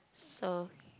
so